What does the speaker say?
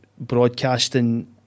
broadcasting